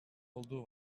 olduğu